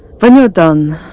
when you're done,